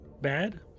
bad